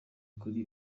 kuri